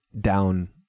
down